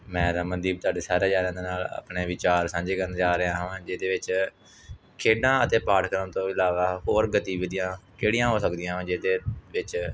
ਮੈਂ ਰਮਨਦੀਪ ਤੁਹਾਡੇ ਸਾਰੇ ਜਣਿਆਂ ਦੇ ਨਾਲ ਆਪਣੇ ਵਿਚਾਰ ਸਾਂਝੇ ਕਰਨ ਜਾ ਰਿਹਾ ਹਾਂ ਜਿਹਦੇ ਵਿੱਚ ਖੇਡਾਂ ਅਤੇ ਪਾਠਕਾਂ ਤੋਂ ਇਲਾਵਾ ਹੋਰ ਗਤੀਵਿਧੀਆਂ ਕਿਹੜੀਆਂ ਹੋ ਸਕਦੀਆਂ ਜਿਹਦੇ ਵਿੱਚ